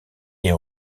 est